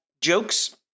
jokes